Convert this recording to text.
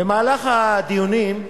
במהלך הדיונים,